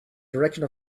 direction